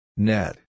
Net